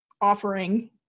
offering